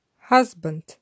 Husband